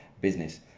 business